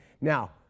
Now